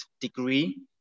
degree